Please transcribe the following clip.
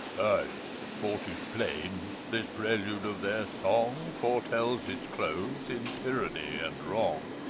ay, for tis plain, this prelude of their song foretells its close in tyranny and wrong.